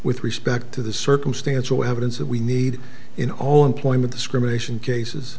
with respect to the circumstantial evidence that we need in all employment discrimination cases